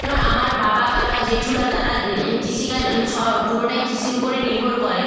যেমন আমার বাবা কাকা জেঠ্যুরা তারা কৃষিকাজ স পুরোটাই কৃষির উপরই নির্ভর করে